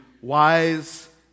wise